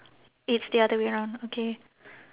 it's the other way round okay